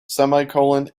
semicolon